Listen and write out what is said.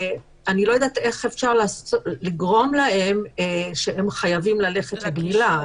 אני לא יודעת איך אפשר לגרום להם שהם יהיו חייבים ללכת לגמילה,